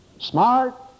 Smart